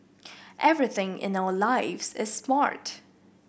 everything in our lives is smart